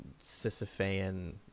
Sisyphean